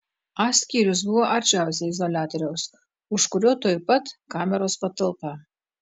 a skyrius buvo arčiausiai izoliatoriaus už kurio tuoj pat kameros patalpa